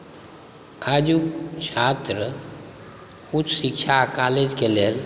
आजुक छात्र उच्च शिक्षा कॉलेजके लेल